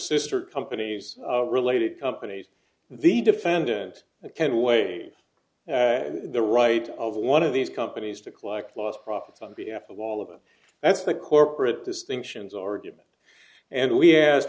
sister companies related companies the defendant that can waive the right of one of these companies to collect lost profits on behalf of all of us that's the corporate distinctions argument and we ask